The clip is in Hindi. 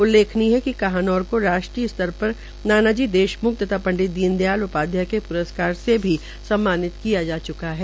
उल्लेखनीय है कि काहनौर का राष्ट्रीय स्तर पर नाना जी देशम्ख तथा पडित दीन दयाल उपाध्याय प्रस्कार से भी सम्मानित किया जा चुका है